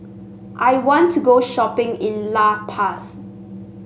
I want to go shopping in La Paz